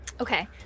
Okay